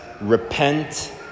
Repent